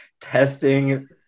testing